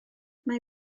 mae